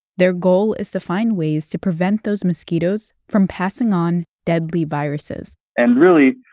their goal is to find ways to prevent those mosquitoes from passing on deadly viruses and really,